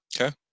Okay